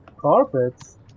Carpets